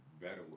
better